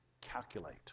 calculate